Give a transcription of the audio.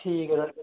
ठीक ऐ सर